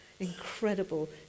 incredible